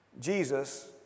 Jesus